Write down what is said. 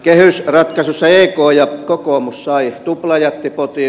kehysratkaisussa ek ja kokoomus saivat tuplajättipotin